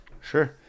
Sure